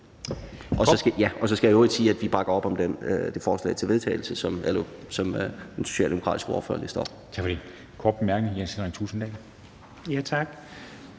Og så skal jeg i øvrigt sige, at vi bakker op om det forslag til vedtagelse, som den socialdemokratiske ordfører læste op. Kl. 14:14 Formanden (Henrik Dam